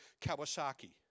Kawasaki